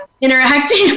interacting